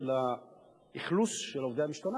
של האכלוס של עובדי המשטרה,